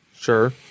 Sure